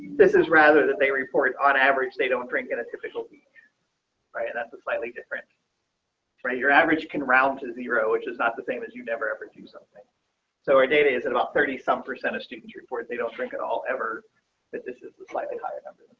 this is rather than they report on average they don't drink in a typical right. and that's a slightly different for your average can round to zero which is not the same as you'd never ever do something so our data is and about thirty some percent of students report they don't drink at all ever that this is a slightly higher number.